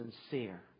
sincere